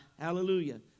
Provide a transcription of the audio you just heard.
hallelujah